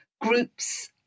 groups